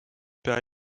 pea